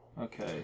Okay